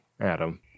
Adam